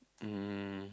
um